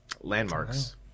landmarks